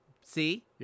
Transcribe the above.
See